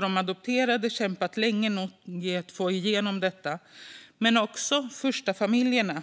De adopterade har kämpat länge nog för att få igenom detta, men det har också de första familjerna.